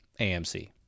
AMC